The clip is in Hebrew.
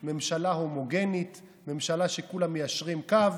שגריר במזבלה עם מריצה.